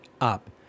up